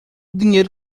dinheiro